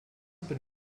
been